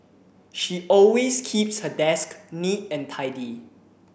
she always keeps her desk neat and tidy